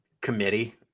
Committee